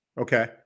Okay